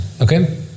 Okay